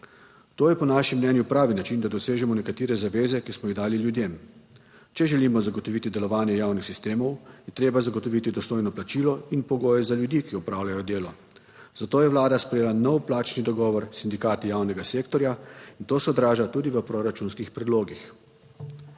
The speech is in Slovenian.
to je po našem mnenju pravi način, da dosežemo nekatere zaveze, ki smo jih dali ljudem. Če želimo zagotoviti delovanje javnih sistemov, je treba zagotoviti dostojno plačilo in pogoje za ljudi, ki opravljajo delo. Zato je Vlada sprejela nov plačni dogovor s sindikati javnega sektorja in to se odraža tudi v proračunskih predlogih.